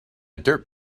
dirt